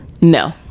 No